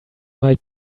might